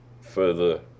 further